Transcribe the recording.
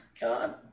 God